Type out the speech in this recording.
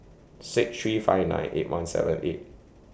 six three five nine eight one seven eight